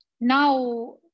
now